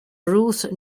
ruth